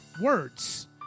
words